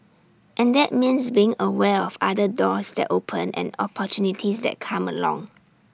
and that means being aware of other doors that open and opportunities that come along